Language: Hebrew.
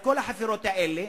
את כל החפירות האלה,